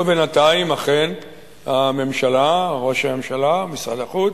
ובינתיים, אכן הממשלה, ראש הממשלה, משרד החוץ,